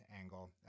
angle